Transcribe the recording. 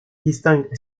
distingue